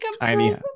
tiny